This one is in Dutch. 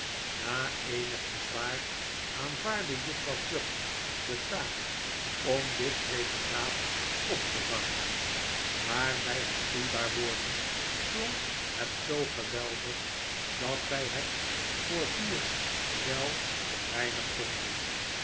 na eenig bezwaar aanvaardde juffrouw crupp de taak om dit praeparaat op te warmen maar bij het vloeibaar worden slonk het zoo geweldig dat wij het voor vier wel wat weinig vonden